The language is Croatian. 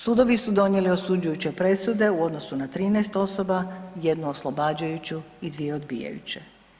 Sudovi su donijeli osuđujuće presude u odnosu na 13 osoba, jednu oslobađajuću i dvije odbijajuće.